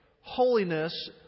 holiness